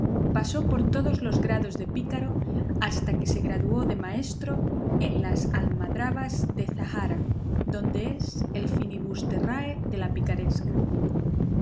pasó por todos los grados de pícaro hasta que se graduó de maestro en las almadrabas de zahara donde es el finibusterrae de la picaresca